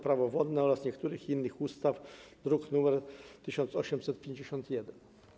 Prawo wodne oraz niektórych innych ustaw, druk nr 1851.